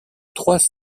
trois